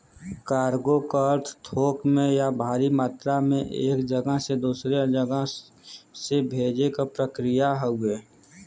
cargo क अर्थ थोक में या भारी मात्रा में एक जगह से दूसरे जगह से भेजे क प्रक्रिया हउवे